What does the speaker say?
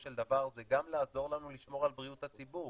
של דבר זה גם לעזור לנו לשמור על בריאות הציבור.